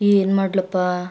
ಏನ್ಮಾಡ್ಲಪ್ಪ